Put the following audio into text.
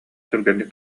түргэнник